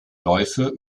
läufe